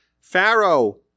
Pharaoh